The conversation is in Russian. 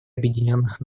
объединенных